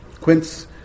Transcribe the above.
quince